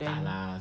then